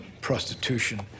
prostitution